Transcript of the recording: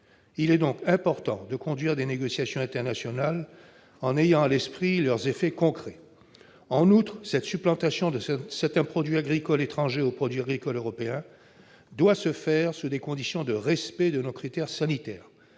Il est donc important de conduire ces négociations internationales en ayant à l'esprit leurs incidences concrètes. En outre, cette substitution de certains produits agricoles étrangers aux produits agricoles européens doit se faire sous des conditions de respect de nos critères sanitaires.